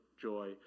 joy